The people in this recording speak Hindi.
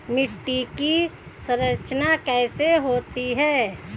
मिट्टी की संरचना कैसे होती है?